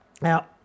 Now